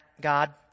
God